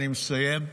אני מסיים.